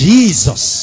Jesus